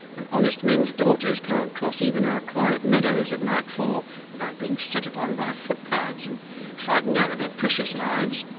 when honest men's daughters can't cross even our quiet meadows at nightfall without being set upon by footpads, and frightened out of their precious lives